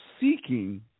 seeking